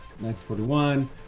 1941